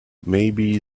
maybe